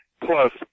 plus